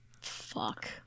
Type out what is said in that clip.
fuck